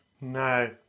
No